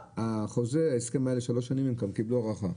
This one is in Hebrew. החוזה ההסכם הוא לשלוש שנים, הם גם קיבלו הארכה.